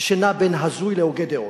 שנע בין הזוי להוגה דעות,